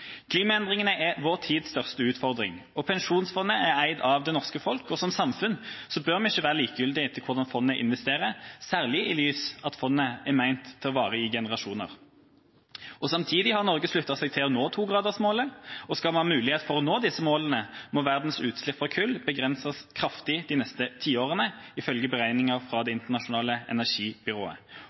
Klimaendringene er vår tids største utfordring. Pensjonsfondet er eid av det norske folk, og som samfunn bør vi ikke være likegyldige til hvordan fondet investerer, særlig i lys av at fondet er ment å vare i generasjoner. Samtidig har Norge sluttet seg til å nå togradersmålet. Skal vi ha mulighet til å nå disse målene, må verdens utslipp fra kull begrenses kraftig de neste tiårene – ifølge beregninger fra Det internasjonale energibyrået.